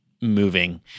moving